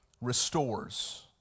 restores